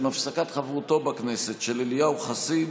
עם הפסקת חברותו בכנסת של אליהו חסיד,